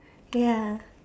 ya